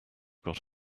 got